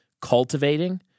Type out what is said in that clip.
cultivating